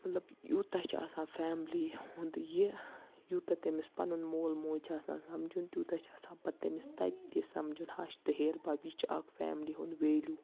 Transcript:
مطلب یوٗتاہ چھُ آسان فیملی ہُند یہِ یوٗتاہ تٔمِس پَنُن مول موج چھِ آسان سَمجُن تیوٗتاہ چھ آسان پَتہٕ تٔمِس تَتہِ سَمجُن ہَش تہٕ ہیہَر بب یہِ چھِ اَکھ فیملی ہُند ویلِیو